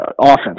offense